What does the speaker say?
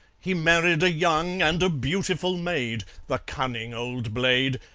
he married a young and a beautiful maid the cunning old blade!